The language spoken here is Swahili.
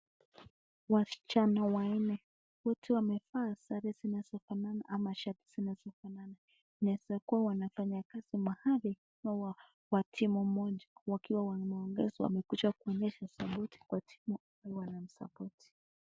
Wasichana wanee wote wamefaa sare zinazofana ama shati zinazofana inaweza kuwa wanafanya kazi mahali ama wa timu moja wakiwa wamekuja kuonyesha sapoti kwa timu wanasapoti.